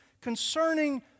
concerning